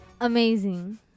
Amazing